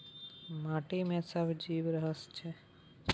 माटि मे सब जीब रहय छै